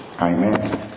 Amen